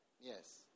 Yes